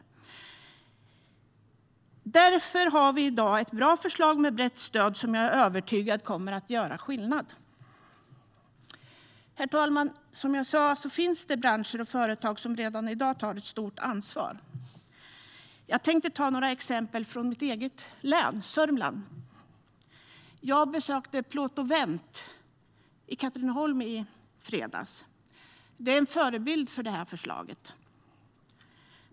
Därför har vi i dag ett bra förslag med brett stöd som jag är övertygad om kommer att göra skillnad. Herr talman! Som jag sa finns det branscher och företag som redan i dag tar ett stort ansvar. Jag tänkte ta några exempel från mitt eget län, Sörmland. Jag besökte Plåt & Vent i Katrineholm i fredags. Det är en förebild för det här förslaget.